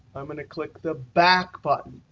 i'm going to click the back button.